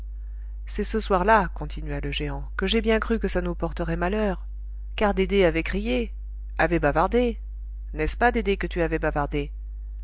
c'est ce soir-là continua le géant que j'ai bien cru que ça nous porterait malheur car dédé avait crié avait bavardé n'est-ce pas dédé que tu avais bavardé